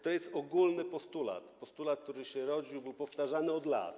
To jest ogólny postulat - postulat, który się rodził, był powtarzany od lat.